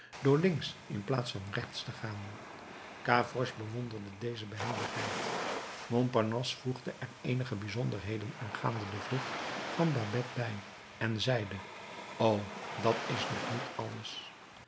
door links in plaats van rechts te gaan gavroche bewonderde deze behendigheid montparnasse voegde er eenige bijzonderheden aangaande de vlucht van babet bij en zeide o dat is nog niet alles